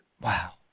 Wow